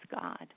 God